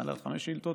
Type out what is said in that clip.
נענה על חמש שאילתות.